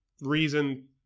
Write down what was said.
reason